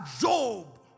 Job